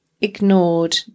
ignored